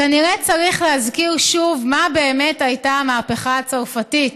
כנראה צריך להזכיר שוב מה באמת הייתה המהפכה הצרפתית.